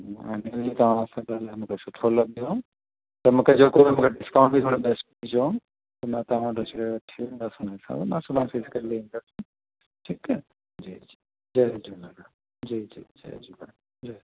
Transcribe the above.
हाणे जॾहिं तव्हां सां ॻाल्हाइण मूंखे सुठो लॻियो त मूंखे जेको बि मूंखे डिस्काउंट बि थोरो बेस्ट ॾिजो त मां तव्हां वटि अची करे वठी वेंदसि हिनखां मां सुभाणे फ़िक्स करे ईंदसि ठीकु आहे जी जी जय झूलेलाल जी जी जय झूले जय